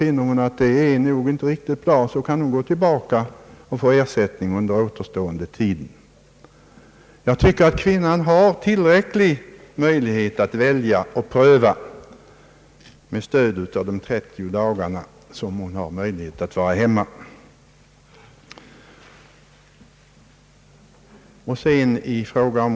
Finner hon då att det inte går riktigt bra att arbeta utanför hemmet kan hon återgå till att sköta barnet och få ersättning under återstående tid. Jag tycker att kvinnan med stöd av de 30 dagarna har tillräcklig möjlighet att välja och pröva sig fram.